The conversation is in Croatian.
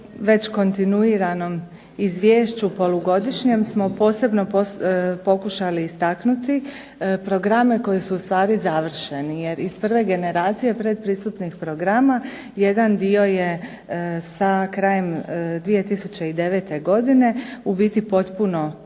već kontinuiranom izvješću polugodišnjem smo posebno istaknuti programe koji su ustvari završeni, jer iz prve generacije pretpristupnih programa jedan dio je sa krajem 2009. godine u biti potpuno zatvoren.